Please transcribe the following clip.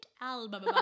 album